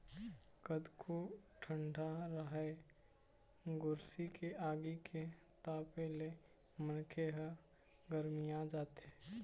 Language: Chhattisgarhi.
कतको ठंडा राहय गोरसी के आगी के तापे ले मनखे ह गरमिया जाथे